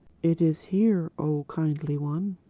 it is here, oh kindly one,